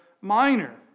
Minor